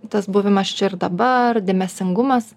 tas buvimas čia ir dabar dėmesingumas